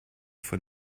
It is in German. von